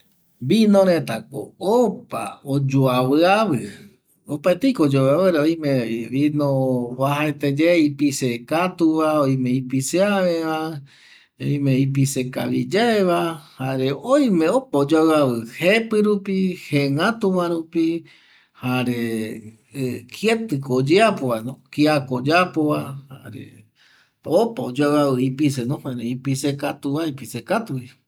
Vino retako opa oyoavƚavƚ opaerteiko oyoavƚavƚ oime vino oajaeteye ipise katuva, oime ipiseaveva, oime ipise kavi yaeva jare oime opa oyoavƚavƚ jepƚ rupi jengatuva rupi jare ketƚko oyeapovano kiako oyapo, opa oyoavƚavƚ ipiseno oime ipisekatuva ipisekatuvi